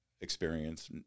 experience